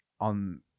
on